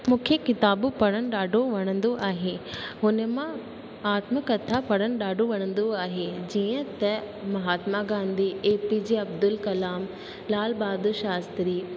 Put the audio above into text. मूंखे किताबूं पढ़णु ॾाढो वणंदो आहे हुन मां अत्मकथा पढ़णु ॾाढो वणंदो आहे जीअं त महात्मा गांधी एपीजे अब्दुल कलाम लाल बहादुर शास्त्री